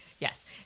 yes